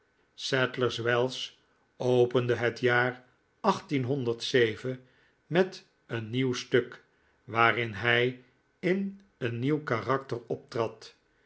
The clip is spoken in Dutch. sadlers wells opende het jaar met een nieuw stuk waarin hij in een nieuw karakter